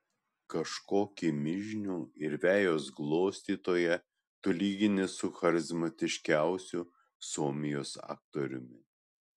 kažkokį mižnių ir vejos glostytoją tu lygini su charizmatiškiausiu suomijos aktoriumi